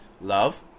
love